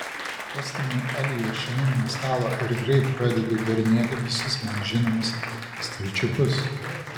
pastumiu eliją šalin nuo stalo ir greitai pradedu darinėti visus man žinomus stalčiukus